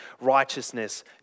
righteousness